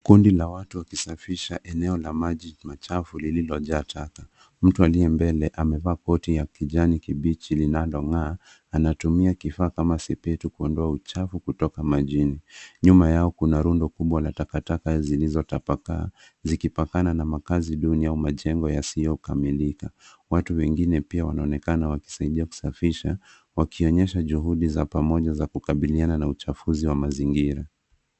Kundi la watu wakisafisha eneo la maji machafu lililojaa taka. Mtu aliyembele amevaa koti ya kijani kibichi linadong'aa. Anatumia kifaa kama sepetu kuondoa uchafu kutoka majini. Nyuma yao kuna rundo kubwa la takataka zilizotapakaa. Zikipakana na makaazi duni au majengo yasiyokamilika. Watu wengine pia wanonekana wakisaidia kusafisha wakionyesha juhudi za pamoja za kukabiliana na uchafuzi wa mazingira.